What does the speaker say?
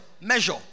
measure